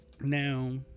Now